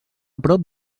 prop